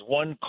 one